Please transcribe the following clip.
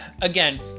again